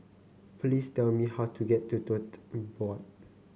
please tell me how to get to Tote Board